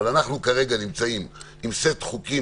אבל אנחנו כרגע נמצאים עם סט חוקים